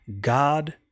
God